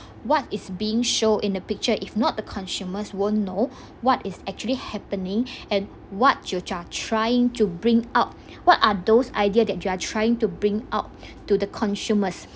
what is being showed in the picture if not the consumers won't know what is actually happening and what you're trying to bring out what are those idea that you are trying to bring out to the consumers